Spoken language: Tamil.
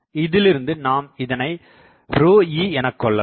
இதிலிருந்து நாம் இதனை e எனகொள்ளலாம்